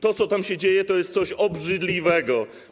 To, co tam się dzieje, to jest coś obrzydliwego.